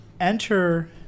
enter